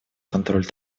контроль